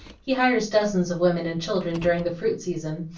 he hires dozens of women and children during the fruit season,